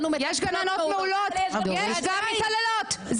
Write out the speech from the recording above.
יש גננות מעולות וגם גננות מתעללות.